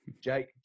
Jake